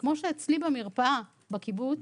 כמו שאצלי במרפאה בקיבוץ